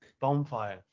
bonfire